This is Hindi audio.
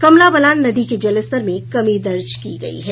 कमला बलान नदी के जलस्तर में कमी दर्ज की गयी है